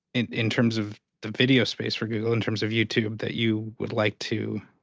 in in terms of the video space for google, in terms of youtube, that you would like to,